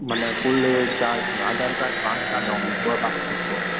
माना कुलु चार शयूं आधार काड पैन काड ऐं ॿ पासपोट फोटा